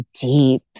deep